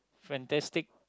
fantastic